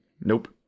Nope